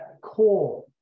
core